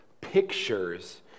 pictures